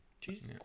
Jesus